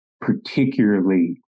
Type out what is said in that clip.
particularly